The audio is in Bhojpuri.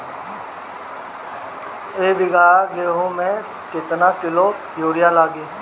एक बीगहा गेहूं में केतना किलो युरिया लागी?